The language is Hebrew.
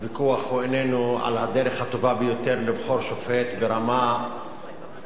הוויכוח הוא איננו על הדרך הטובה ביותר לבחור שופט ברמה גבוהה,